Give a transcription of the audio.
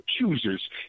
accusers